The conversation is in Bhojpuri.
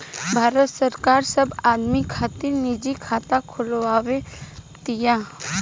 भारत सरकार सब आदमी खातिर निजी खाता खोलवाव तिया